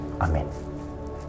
amen